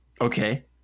Okay